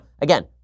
again